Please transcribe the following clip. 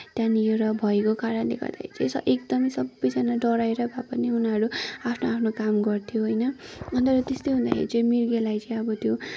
त्यहाँनिर भएको कारणले गर्दाखेरि चाहिँ एकदमै सबैजना डराएर भए पनि उनीहरू आफ्नो आफ्नो काम गर्थ्यो होइन अनि त्यस्तो हुँदाखेरि चाहिँ त्यो मिर्गेलाई चाहिँ अब